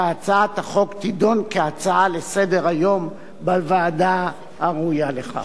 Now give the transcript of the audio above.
שהצעת החוק תידון כהצעה לסדר-היום בוועדה הראויה לכך.